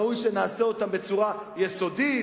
ראוי שנעשה אותם בצורה יסודית,